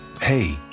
Hey